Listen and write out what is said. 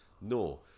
No